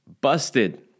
Busted